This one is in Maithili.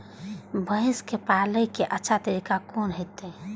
भैंस के पाले के अच्छा तरीका कोन होते?